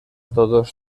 todos